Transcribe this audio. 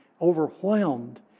overwhelmed